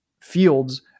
Fields